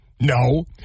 No